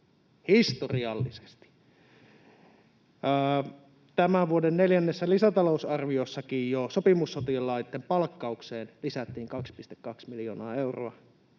historiallisesti. Tämän vuoden neljännessä lisätalousarviossakin jo sopimussotilaitten palkkaukseen lisättiin 2,2 miljoonaa euroa,